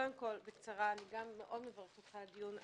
קודם כול, אני מברכת אותך מאוד על הדיון.